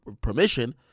permission